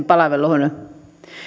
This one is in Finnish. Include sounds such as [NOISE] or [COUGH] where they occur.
[UNINTELLIGIBLE] palveluun